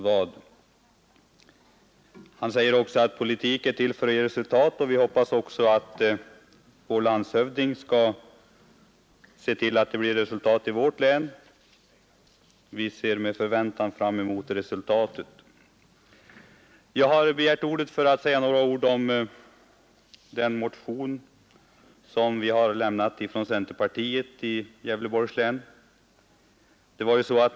Vidare säger han att politik är till för att ge resultat. Vi hoppas också att vår landshövding skall se till att det blir resultat i vårt län, och vi ser med förväntan fram mot resultatet. Jag har begärt ordet för att säga några ord om den motion som vi inom centerpartiet i Gävleborgs län har väckt.